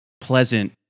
pleasant